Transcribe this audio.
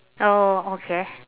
oh okay